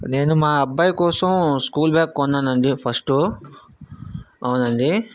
నేను మా అబ్బాయి కోసం స్కూల్ బ్యాగ్ కొన్నాను అండి ఫస్ట్ అవునండి